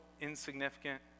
insignificant